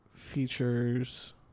features